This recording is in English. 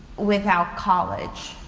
without college,